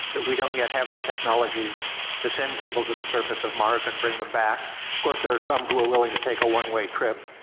that we don't yet have the technologies to send people to the surface of mars and bring them back. of course, there are some who are willing to take a one-way trip.